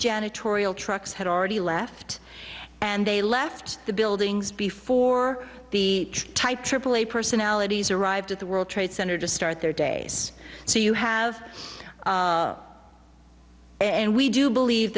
janitorial trucks had already left and they left the buildings before the type aaa personalities arrived at the world trade center to start their days so you have and we do believe